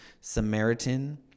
Samaritan